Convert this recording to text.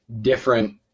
different